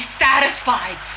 satisfied